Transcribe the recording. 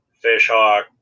Fishhawk